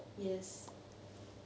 yes